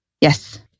Yes